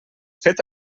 fet